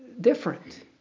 different